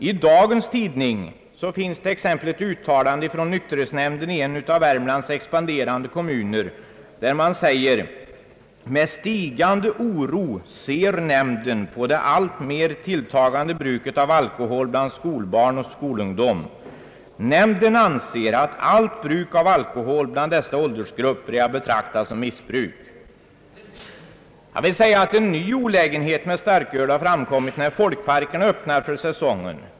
I en tidning i dag finns exempelvis ett uttalande från nykterhetsnämnden i en av Värmlands expanderande kommuner som säger: »Med stigande oro ser nämnden på det alltmer tilltagande bruket av alkohol bland skolbarn och skolungdom. Nämnden anser att allt bruk av alkohol bland dessa åldersgrupper är att betrakta som missbruk.» En ny olägenhet med starkölet har framkommit i och med att folkparkerna öppnat för säsongen.